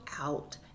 out